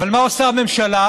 אבל מה עושה הממשלה?